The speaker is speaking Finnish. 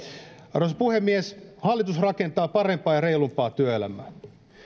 arvoisa puhemies hallitus rakentaa parempaa ja reilumpaa työelämää